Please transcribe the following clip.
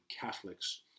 Catholics